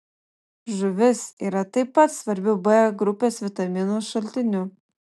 žuvis yra taip pat svarbiu b grupės vitaminų šaltiniu